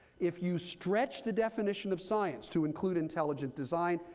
if you stretch the definition of science to include intelligent design,